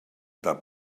del